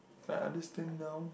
I understand now